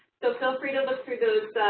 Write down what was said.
so feel free to look through those,